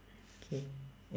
K